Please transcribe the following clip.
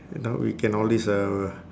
you know we can always uh